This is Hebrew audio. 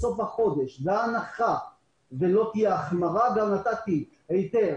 וכבר בסוף החודש בהנחה שלא תהיה החמרה גם נתתי היתר